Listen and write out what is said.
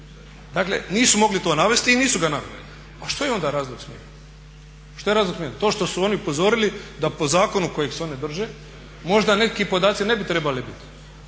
dakle nisu to mogli navesti i nisu ga naveli. A što je onda razlog smjene? To što su oni upozorili da po zakonu kojeg se oni drže možda neki podaci ne bi trebali biti.